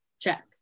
check